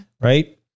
right